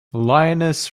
lioness